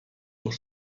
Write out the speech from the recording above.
doch